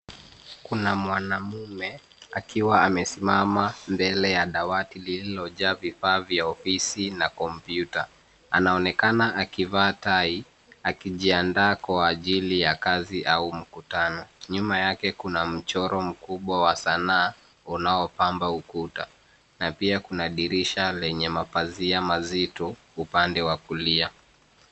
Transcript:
Kuna mwanaume akiwa amesimama mbele ya dawati lililojaa vifaa vya ofisi na kompyuta. Anaonekana akivaa tai, akijiandaa kwa ajiri ya kazi au makutano. Nyuma yake kuna mchoro mkubwa wa sanaa, unaopamba ukuta, na pia kuna dirisha lenye mapazia mazito upande wa kulia.